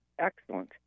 excellent